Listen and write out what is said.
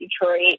Detroit